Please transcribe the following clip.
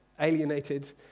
Alienated